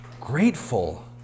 grateful